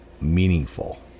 meaningful